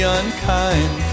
unkind